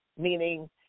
meaning